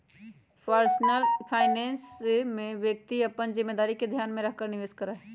personal finance में व्यक्ति अपन जिम्मेदारी के ध्यान में रखकर निवेश करा हई